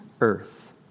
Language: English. earth